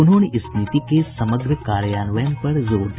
उन्होंने इस नीति के समग्र कार्यान्वयन पर जोर दिया